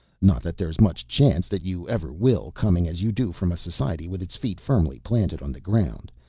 not that there is much chance that you ever will coming as you do from a society with its feet firmly planted on the ground,